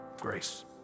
Grace